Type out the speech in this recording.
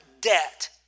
debt